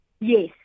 Yes